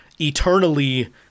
eternally